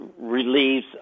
relieves